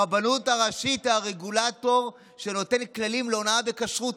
הרבנות הראשית היא הרגולטור שנותן כללים להונאה בכשרות,